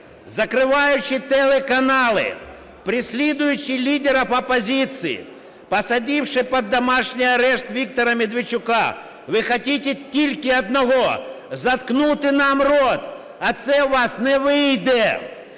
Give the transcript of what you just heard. Закриваючи телеканали, переслідуючи лідерів опозиції, посадивши під домашній арешт Віктора Медведчука, ви хочете тільки одного – заткнути нам рот. А це у вас не вийде!